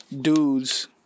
dudes